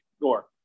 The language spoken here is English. Gore